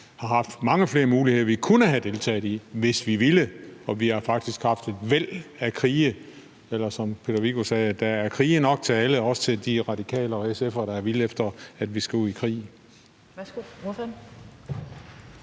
har haft mange flere muligheder – noget, vi kunne have deltaget i, hvis vi ville. Vi har faktisk haft et væld af krige, eller som Peter Viggo Jakobsen sagde: Der er krige nok til alle, også til de radikale og de SF'ere, der er vilde efter, at vi skal ud i krig.